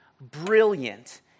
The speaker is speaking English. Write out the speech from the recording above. brilliant